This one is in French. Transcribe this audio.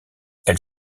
elle